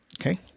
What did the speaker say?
okay